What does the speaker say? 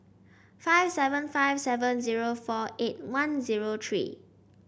five seven five seven zero four eight one zero three